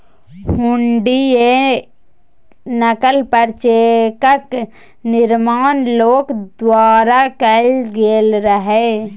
हुंडीयेक नकल पर चेकक निर्माण लोक द्वारा कैल गेल रहय